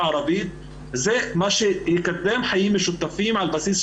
אני מקווה שהדיון הזה ימשיך אחר כך ויהיו עוד ישיבות,